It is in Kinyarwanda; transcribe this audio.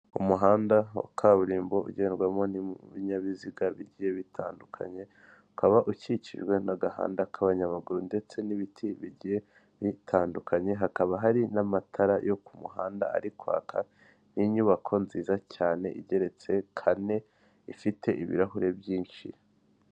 Umuhanda wa kaburimbo ugendwamo n'ibinyabiziga bigiye bitandukanye, ukaba ukikijwe n'agahandada k'abanyamaguru ndetse n'ibiti bigiye bitandukanye, hakaba hari n'amatara yo ku muhanda ari kwaka n'inyubako nziza cyane igeretse kane ifite ibirahure byinshi.